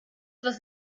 was